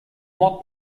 what